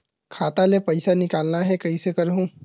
खाता ले पईसा निकालना हे, कइसे करहूं?